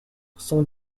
son